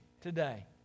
today